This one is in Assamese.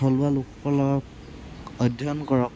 থলুৱা লোকসকলক অধ্যয়ন কৰক